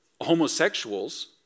homosexuals